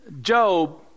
Job